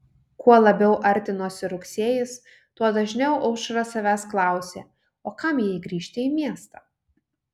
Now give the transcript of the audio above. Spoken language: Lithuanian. kuo labiau artinosi rugsėjis tuo dažniau aušra savęs klausė o kam jai grįžti į miestą